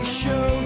show